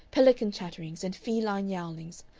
pelican chatterings, and feline yowlings,